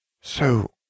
So